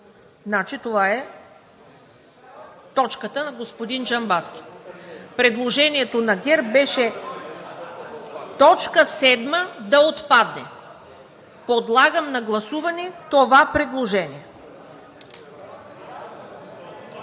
Това е точката на господин Джамбазки. Предложението на ГЕРБ беше т. 7 да отпадне. Подлагам на гласуване това предложение.